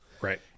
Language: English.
right